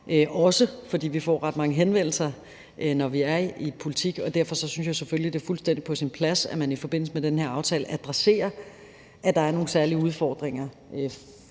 for vi får ret mange henvendelser, når vi er i politik. Og derfor synes jeg selvfølgelig, det er fuldstændig på sin plads, at man i forbindelse med den her aftale adresserer, at der er nogle særlige udfordringer